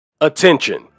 Attention